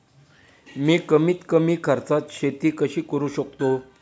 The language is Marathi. मी कमीत कमी खर्चात शेती कशी करू शकतो?